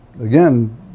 Again